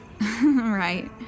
Right